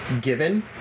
given